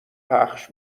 پخش